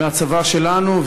מהצבא שלנו,